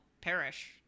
perish